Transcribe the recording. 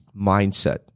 mindset